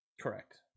Correct